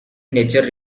nature